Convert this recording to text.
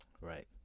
Right